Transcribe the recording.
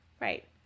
Right